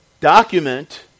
Document